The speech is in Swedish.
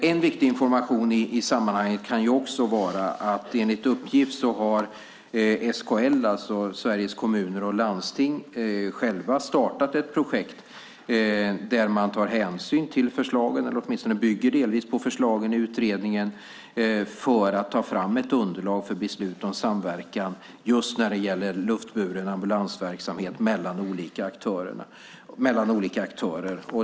En viktig information i sammanhanget kan också vara att enligt uppgift har SKL, Sveriges Kommuner och Landsting, själv startat ett projekt där man tar hänsyn till förslagen, eller åtminstone bygger delvis på förslagen, i utredningen för att ta fram ett underlag för beslut om samverkan när det gäller luftburen ambulansverksamhet mellan olika aktörer.